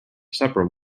supper